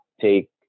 take